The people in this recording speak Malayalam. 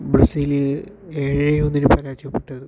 ബ്രസീല് ഏഴ് ഒന്നിന് പരാജയപ്പെട്ടതും